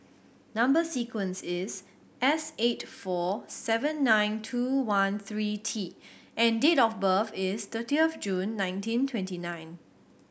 number sequence is S eight four seven nine two one three T and date of birth is thirtieth of June nineteen twenty nine